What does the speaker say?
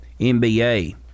NBA